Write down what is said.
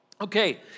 Okay